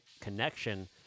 connection